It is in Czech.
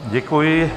Děkuji.